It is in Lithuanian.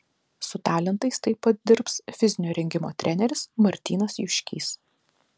su talentais taip pat dirbs fizinio rengimo treneris martynas juškys